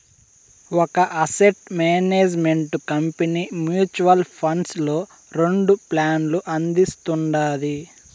ఒక asset management company mutual funds లో రెండు ప్లాన్లు అందిస్తుండాది